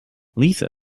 lisa